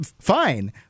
Fine